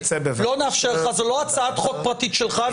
לא נאפשר לך, זאת לא הצעת חוק פרטית שלך.